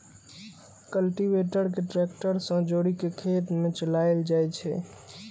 cultivator कें tractor सं जोड़ि कें खेत मे चलाएल जाइ छै